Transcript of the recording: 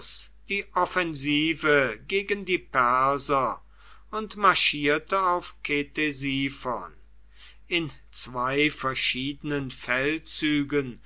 die offensive gegen die perser und marschierte auf ktesiphon in zwei verschiedenen feldzügen